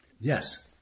Yes